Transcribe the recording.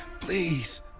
please